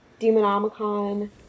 demonomicon